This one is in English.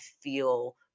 feel